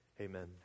Amen